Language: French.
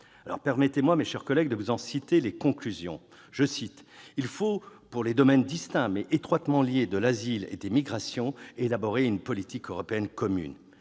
! Permettez-moi, mes chers collègues, de vous en citer les conclusions :« il faut, pour les domaines distincts, mais étroitement liés, de l'asile et des migrations, élaborer une politique européenne commune ».